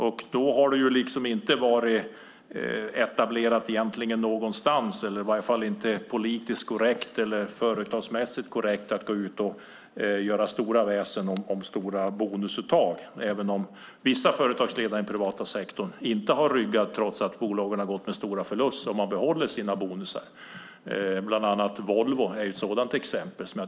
Det har egentligen inte varit etablerat någonstans, eller i varje fall inte politiskt eller företagsmässigt korrekt, att gå ut och göra något stort väsen av stora bonusuttag även om vissa företagsledare i den privata sektorn inte har ryggat trots att bolagen har gått med stora förluster. De har ändå behållit sina bonusar. Det gäller bland annat Volvo, som är ett sådant exempel.